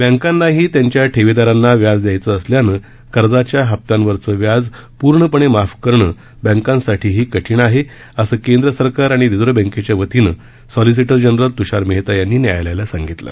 बँकांनाही त्यांच्या ठेविदारांना व्याज दयायाचं असल्यानं कर्जाच्या हप्त्यांवरचं व्याज पूर्णपणे माफ करणं बँकांसाठीही कठीण आहे असं केंद्र सरकार आणि रिझर्व्ह बँकेच्या वतीनं सॉलिसीटर जनरल तूषार मेहता यांनी न्यायालयाला सांगितलं